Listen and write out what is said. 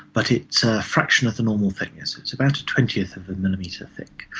but it's a fraction of the normal thickness, it's about a twentieth of a millimetre thick.